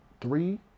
three